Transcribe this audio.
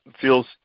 feels